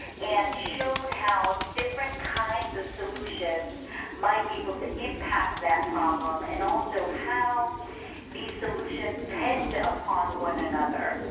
and showed how different kinds of solutions might be able to impact that problem and also how the solution depend ah on one another,